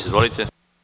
Izvolite.